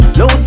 no